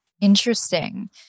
Interesting